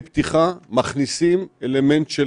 חי אלעזרי